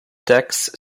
taxe